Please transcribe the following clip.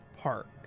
Park